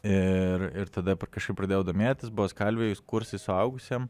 ir ir tada kažkaip pradėjau domėtis buvo skalvijoj kursai suaugusiem